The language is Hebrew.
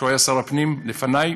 שהיה שר הפנים לפני,